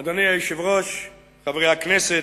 אדוני היושב-ראש, חברי הכנסת,